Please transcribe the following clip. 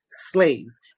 slaves